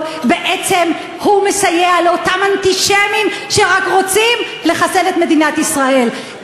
בעצם מסייע לאותם אנטישמים שרק רוצים לחסל את מדינת ישראל.